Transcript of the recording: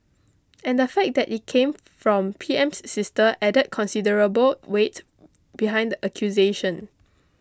and the fact that it came from PM's sister added considerable weight behind the accusation